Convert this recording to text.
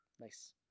Nice